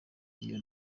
iyo